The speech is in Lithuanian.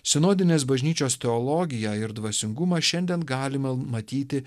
sinodinės bažnyčios teologiją ir dvasingumą šiandien galime matyti